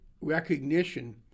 recognition